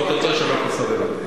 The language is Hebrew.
זאת הצעה שאני לא יכול לסרב לה.